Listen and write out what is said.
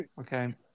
okay